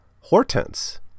hortense